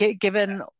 given